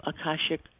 akashic